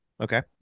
Okay